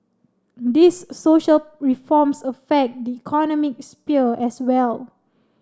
these social reforms affect the economic sphere as well